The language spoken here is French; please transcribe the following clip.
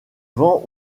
vents